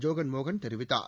ஜோகன் மோகன் தெரிவித்தார்